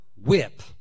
whip